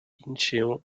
incheon